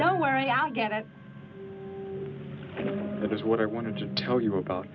don't worry i'll get it that is what i wanted to tell you about